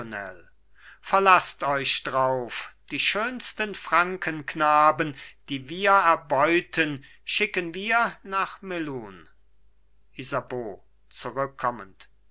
verlaßt euch drauf die schönsten frankenknaben die wir erbeuten schicken wir nach melun isabeau zurückkommend